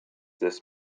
this